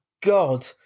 god